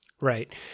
right